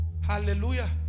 Hallelujah